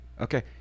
okay